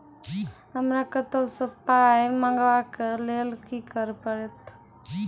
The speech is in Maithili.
हमरा कतौ सअ पाय मंगावै कऽ लेल की करे पड़त?